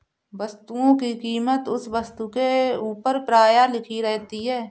वस्तुओं की कीमत उस वस्तु के ऊपर प्रायः लिखी रहती है